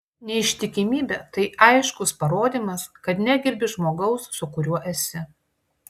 neištikimybė tai aiškus parodymas kad negerbi žmogaus su kuriuo esi